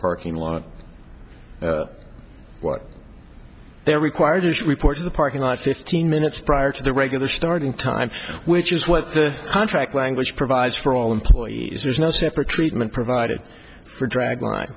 parking lot of what they are required to report to the parking lot fifteen minutes prior to the regular starting time which is what the contract language provides for all employees there's no separate treatment provided for dragline